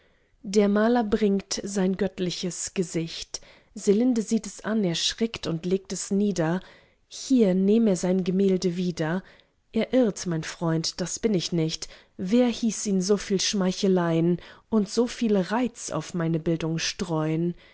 der maler bringt sein göttliches gesicht selinde sieht es an erschrickt und legt es nieder hier nehm er sein gemälde wieder er irrt mein freund das bin ich nicht wer hieß ihn so viel schmeicheleien uns so viel reiz auf meine bildung streuen